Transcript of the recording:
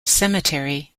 cemetery